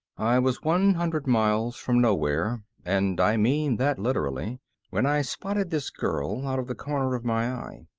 i was one hundred miles from nowhere and i mean that literally when i spotted this girl out of the corner of my eye.